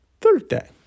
Thursday